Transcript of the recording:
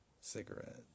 cigarette